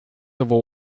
civil